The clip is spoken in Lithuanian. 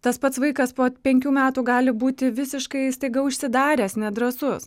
tas pats vaikas po penkių metų gali būti visiškai staiga užsidaręs nedrąsus